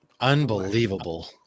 Unbelievable